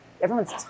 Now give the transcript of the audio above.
everyone's